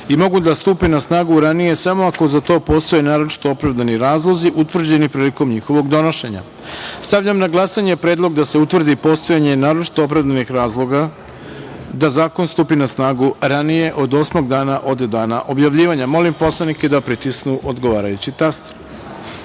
i mogu da stupe na snagu ranije samo ako za to postoje naročito opravdani razlozi utvrđeni prilikom njihovog donošenja. Stavljam na glasanje predlog da se utvrdi postojanje naročito opravdanih razloga da zakon stupi na snagu ranije od osmog dana od dana objavljivanja. Molim poslanike da pritisnu odgovarajući